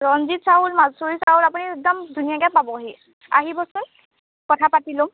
ৰঞ্জিত চাউল মাছুৰি চাউল আপুনি একদম ধুনীয়াকৈ পাবহি আহিবচোন কথা পাতি ল'ম